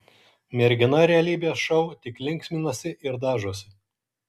mergina realybės šou tik linksminasi ir dažosi